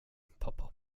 pappa